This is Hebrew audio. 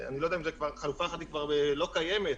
חלופה אחת כבר לא קיימת,